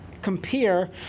Compare